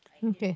okay